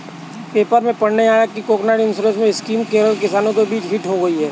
paper में पढ़ने आया कि कोकोनट इंश्योरेंस स्कीम केरल में किसानों के बीच हिट हुई है